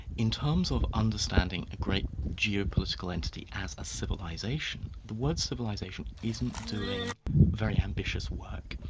in terms of understanding a great geopolitical entity, as a civilization, the word civilisation isn't doing very ambitious work,